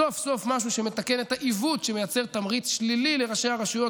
סוף-סוף משהו שמתקן את העיוות שמייצר תמריץ שלילי לראשי הרשויות,